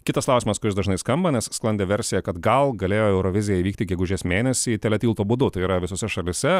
kitas klausimas kuris dažnai skamba nes sklandė versija kad gal galėjo eurovizija įvykti gegužės mėnesį teletilto būdu tai yra visose šalyse